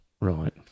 Right